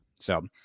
so